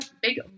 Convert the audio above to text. big